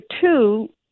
two